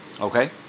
okay